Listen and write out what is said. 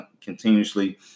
continuously